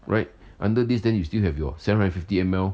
right under this then you still have your seven hundred and fifty millilitres